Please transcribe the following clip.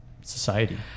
society